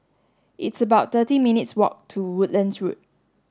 it's about thirty minutes' walk to Woodlands Road